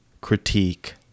critique